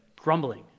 grumbling